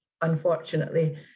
unfortunately